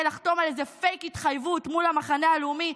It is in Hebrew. לחתום על איזה פייק התחייבות מול המחנה הלאומי.